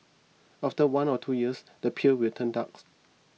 after one or two years the peel will turn darks